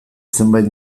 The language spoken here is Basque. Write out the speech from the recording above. zenbait